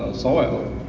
soil,